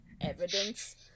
evidence